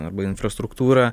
arba infrastruktūra